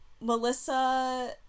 Melissa